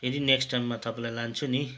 फेरि नेक्स्ट टाइममा तपाईँलाई लान्छु नि